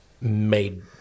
made